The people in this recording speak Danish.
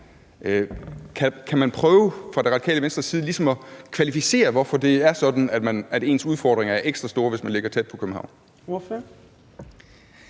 Kan man prøve fra Det Radikale Venstres side ligesom at kvalificere, hvorfor det er sådan, at ens udfordringer er ekstra store, hvis man ligger tæt på København?